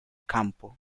campo